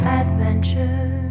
adventure